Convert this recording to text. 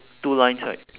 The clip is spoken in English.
two lines right